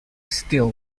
still